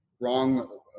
wrong